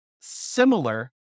similar